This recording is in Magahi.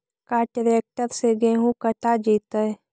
का ट्रैक्टर से गेहूं कटा जितै?